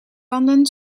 landen